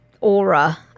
aura